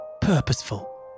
purposeful